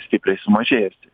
stipriai sumažėjusi